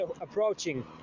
approaching